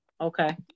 Okay